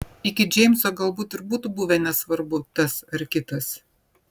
iki džeimso galbūt ir būtų buvę nesvarbu tas ar kitas